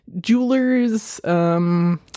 jeweler's